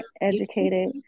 educated